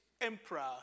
emperor